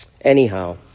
Anyhow